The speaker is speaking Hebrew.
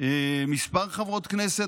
כמה חברות כנסת,